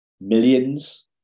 millions